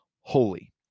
holy